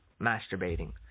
Masturbating